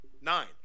Nine